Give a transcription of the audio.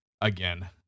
again